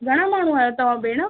घणा माण्हू आहियो तव्हां भेण